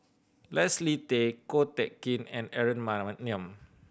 Leslie Tay Ko Teck Kin and Aaron Maniam